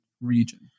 region